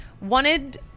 wanted